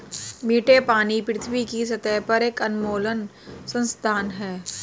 मीठे पानी पृथ्वी की सतह पर एक अनमोल संसाधन है